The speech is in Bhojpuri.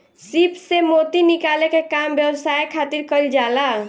सीप से मोती निकाले के काम व्यवसाय खातिर कईल जाला